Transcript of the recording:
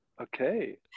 okay